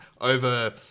over